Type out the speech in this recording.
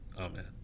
Amen